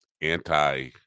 anti